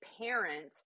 parent